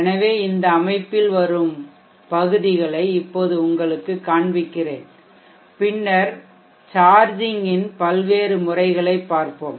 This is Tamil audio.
எனவே இந்த அமைப்பில் வரும் பகுதிகளை இப்போது உங்களுக்குக் காண்பிக்கிறேன் பின்னர் சார்ஜிங் ன் பல்வேறு முறைகளைப் பார்ப்போம்